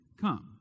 come